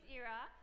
era